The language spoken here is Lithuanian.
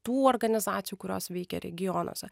tų organizacijų kurios veikia regionuose